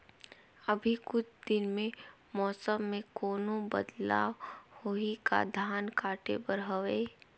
अभी कुछ दिन मे मौसम मे कोनो बदलाव होही का? धान काटे बर हवय?